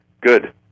Good